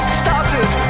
started